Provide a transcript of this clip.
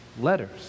letters